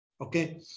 Okay